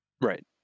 Right